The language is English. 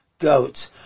goats